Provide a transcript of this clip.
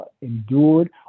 endured